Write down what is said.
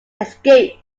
escapes